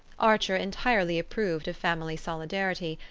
archer entirely approved of family solidarity,